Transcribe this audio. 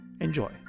enjoy